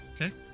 Okay